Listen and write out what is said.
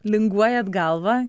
linguojat galvą